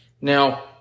Now